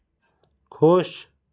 खुश